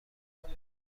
اومده